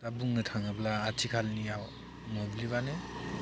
दा बुंनो थाङोब्ला आथिखालनिआव मोब्लिबानो